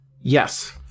Yes